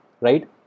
Right